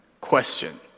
question